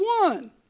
one